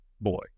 boy